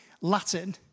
Latin